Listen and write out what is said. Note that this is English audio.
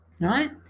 Right